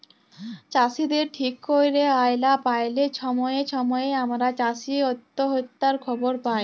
চাষীদের ঠিক ক্যইরে আয় লা প্যাইলে ছময়ে ছময়ে আমরা চাষী অত্যহত্যার খবর পায়